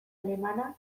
alemana